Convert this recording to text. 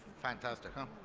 fantastic, huh?